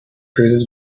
cruises